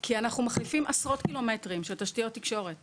כי אנחנו מחליפים עשרות קילומטרים של תשתיות תקשורת